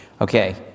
Okay